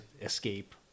escape